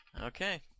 Okay